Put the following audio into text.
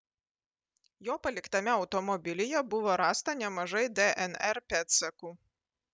jo paliktame automobilyje buvo rasta nemažai dnr pėdsakų